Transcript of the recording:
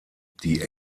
die